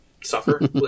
suffer